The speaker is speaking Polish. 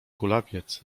kulawiec